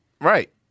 Right